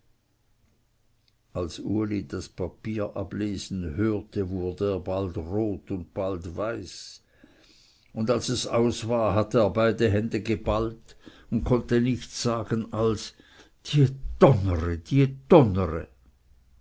als uli das papier ablesen hörte wurde er bald rot und bald weiß und als es aus war hatte er beide hände geballt und konnte nichts sagen als die donnere die donnere